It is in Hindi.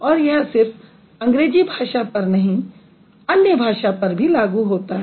और यह सिर्फ अंग्रेज़ी भाषI पर ही नहीं अन्य भाषा पर भी लागू होता है